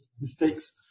mistakes